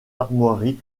armoiries